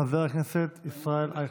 חבר הכנסת ישראל אייכלר.